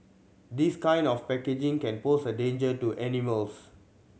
this kind of packaging can pose a danger to animals